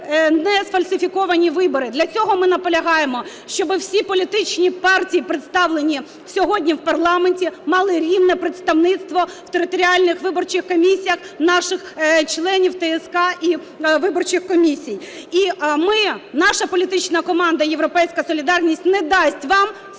нефальсифіковані вибори. Для цього ми наполягаємо, щоби всі політичні партії, представлені сьогодні в парламенті, мали рівне представництво в територіальних виборчих комісіях наших членів ТСК і виборчих комісій. І ми, наша політична команда "Європейська солідарність" не дасть вам сфальсифікувати...